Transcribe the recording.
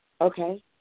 okay